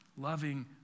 loving